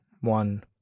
one